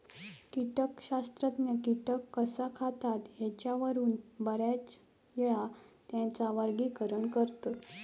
कीटकशास्त्रज्ञ कीटक कसा खातत ह्येच्यावरून बऱ्याचयेळा त्येंचा वर्गीकरण करतत